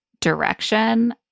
direction